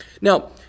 Now